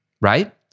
right